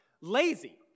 lazy